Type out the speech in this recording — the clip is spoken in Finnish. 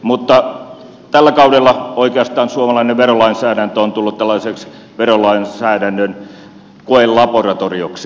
mutta tällä kaudella oikeastaan suomalainen verolainsäädäntö on tullut tällaiseksi verolainsäädännön koelaboratorioksi